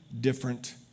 different